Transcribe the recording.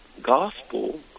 gospel